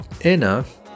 enough